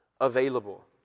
available